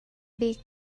bik